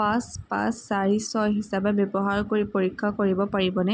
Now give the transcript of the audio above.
পাঁচ পাঁচ চাৰি ছয় হিচাপে ব্যৱহাৰ কৰি পৰীক্ষা কৰিব পাৰিবনে